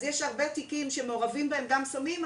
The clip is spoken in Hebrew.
אז יש הרבה תיקים שמעורבים בהם גם סמים,